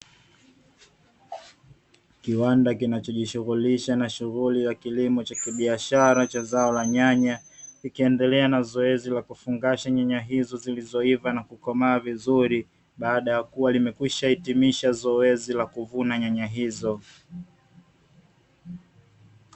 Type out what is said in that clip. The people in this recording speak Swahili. Kiwanda kinachojishughulisha na shughuli ya kilimo cha kibiashara cha zao la nyanya ikiendelea na zoezi la kufungasha nyanya hizo zilizoiva na kukomaa vizuri baada ya kuwa limekwisha hitimisha zoezi la kuvuna nyanya hizo.